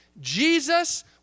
Jesus